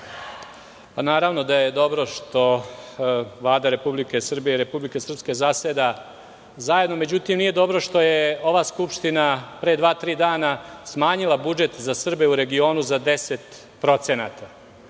Naravno, da je dobro što Vlada Republike Srbije i Republike Srpske zaseda zajedno. Međutim, nije dobro što je ova Skupština pre dva - tri dana smanjila budžet za Srbe regionu za 10%.